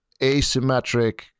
asymmetric